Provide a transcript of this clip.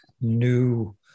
new